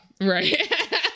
right